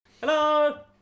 Hello